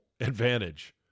advantage